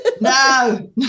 No